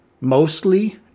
mostly